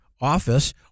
office